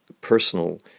personal